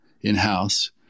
in-house